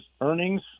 earnings